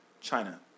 China